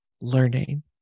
learning